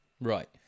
Right